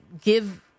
give